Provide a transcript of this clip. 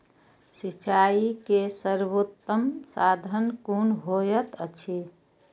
सिंचाई के सर्वोत्तम साधन कुन होएत अछि?